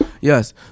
Yes